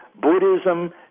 Buddhism